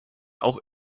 auch